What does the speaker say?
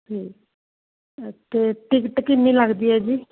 ਠੀਕ ਅ ਅਤੇ ਟਿਕਟ ਕਿੰਨੀ ਲੱਗਦੀ ਹੈ ਜੀ